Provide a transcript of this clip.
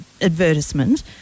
advertisement